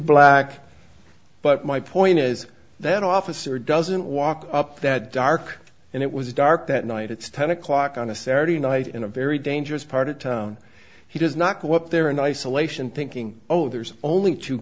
black but my point is that officer doesn't walk up that dark and it was dark that night it's ten o'clock on a saturday night in a very dangerous part of town he does not go up there in isolation thinking oh there's only two